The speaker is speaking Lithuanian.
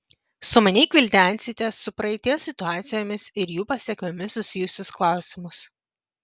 sumaniai gvildensite su praeities situacijomis ir jų pasekmėmis susijusius klausimus